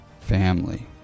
family